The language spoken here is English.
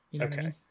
Okay